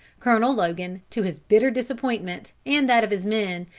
colonel logan, to his bitter disappointment and that of his men,